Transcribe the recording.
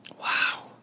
Wow